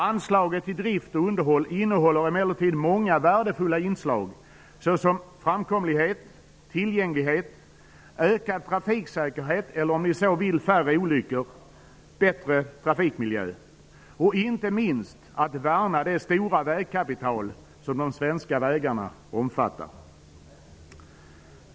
Anslaget till drift och underhåll innehåller emellertid många värdefulla inslag såsom framkomlighet, tillgänglighet, ökad trafiksäkerhet -- eller om ni så vill färre olyckor -- bättre trafikmiljö, och inte minst att värna det stora vägkapital som de svenska vägarna omfattar.